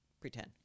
pretend